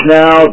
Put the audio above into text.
now